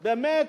באמת,